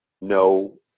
No